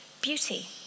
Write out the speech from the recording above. beauty